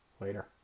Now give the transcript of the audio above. Later